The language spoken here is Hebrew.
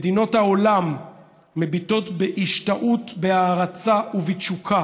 מדינות העולם מביטות בהשתאות, בהערצה ובתשוקה